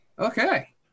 Okay